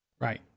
Right